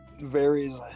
varies